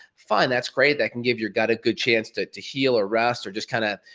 fine that's great, that can give your gut a good chance to to heal or rest or just kinda,